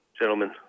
Gentlemen